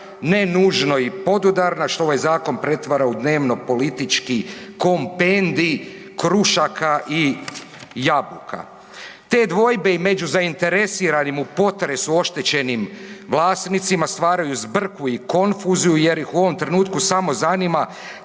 ne nužno i podudarna, što ovaj zakon pretvara u dnevno-politički kompendij krušaka i jabuka. Te dvojbe i među zainteresiranim u potresu oštećenim vlasnicima stvaraju zbrku i konfuziju jer ih u ovom trenutku samo zanima